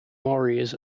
warriors